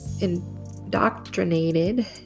indoctrinated